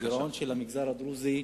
הגירעון של המגזר הדרוזי,